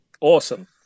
Awesome